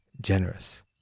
generous